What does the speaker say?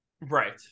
Right